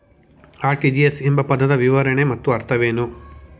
RTGS ಎಂಬ ಪದದ ವಿವರಣೆ ಮತ್ತು ಅರ್ಥವೇನು?